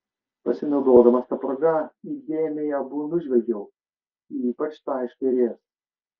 pasinaudodamas ta proga įdėmiai abu nužvelgiau ypač tą iš kairės